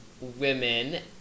women